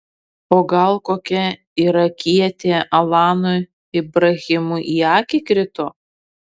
o gal kokia irakietė alanui ibrahimui į akį krito